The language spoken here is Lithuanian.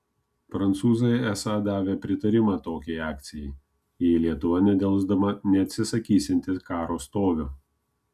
prancūzai esą davė pritarimą tokiai akcijai jei lietuva nedelsdama neatsisakysianti karo stovio